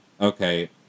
okay